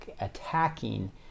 attacking